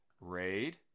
Raid